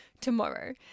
tomorrow